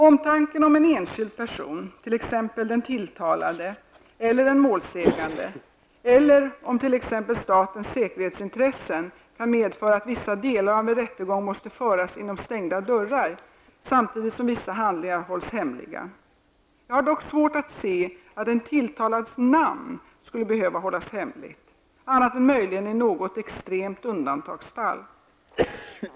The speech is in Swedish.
Omtanken om en enskild person, t.ex. den tilltalade eller en målsägande, eller om t.ex. statens säkerhetsintressen kan medföra att vissa delar av en rättegång måste föras inom stängda dörrar, samtidigt som vissa handlingar hålls hemliga. Jag har dock svårt att se att en tilltalades namn skulle behöva hållas hemligt, annat än möjligen i något extremt undantagsfall.